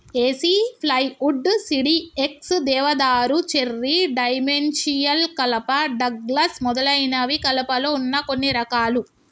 ఏసి plywood, CDX, దేవదారు, cherry, dimensional కలప, Douglas మొదలైనవి కలపలో వున్న కొన్ని రకాలు